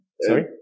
Sorry